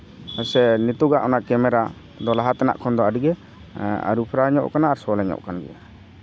ᱥᱮ ᱱᱤᱛᱚᱜ ᱟᱜ ᱚᱱᱟ ᱠᱮᱢᱮᱨᱟ ᱫᱚ ᱞᱟᱦᱟ ᱛᱮᱱᱟᱜ ᱠᱷᱚᱱᱫᱚ ᱟᱹᱰᱤᱜᱮ ᱟᱹᱨᱩ ᱯᱷᱮᱨᱟᱣ ᱧᱚᱜ ᱠᱟᱱᱟ ᱟᱨ ᱥᱚᱦᱞᱮ ᱧᱚᱜ ᱠᱟᱱᱟ